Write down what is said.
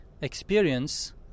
experience